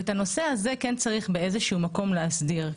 ואת הנושא הזה כן צריך באיזשהו מקום להסדיר,